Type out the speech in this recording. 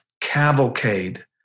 cavalcade